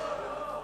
לא, לא.